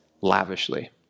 lavishly